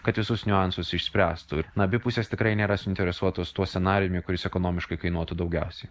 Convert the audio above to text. kad visus niuansus išspręstų na abi pusės tikrai nėra suinteresuotos tuo scenarijumi kuris ekonomiškai kainuotų daugiausiai